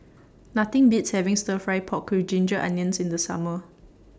Nothing Beats having Stir Fry Pork with Ginger Onions in The Summer